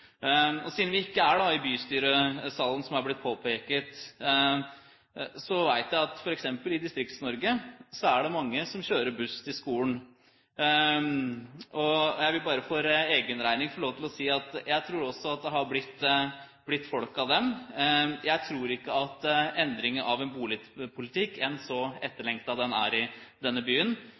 Siden vi ikke er i bystyresalen, som det har blitt påpekt: Jeg vet at f.eks. i Distrikts-Norge er det mange som kjører buss til skolen. Jeg vil bare for egen regning få lov til å si at jeg tror det har blitt folk av dem. Jeg tror ikke at endring av en boligpolitikk, enn så etterlengtet den er i denne byen,